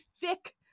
thick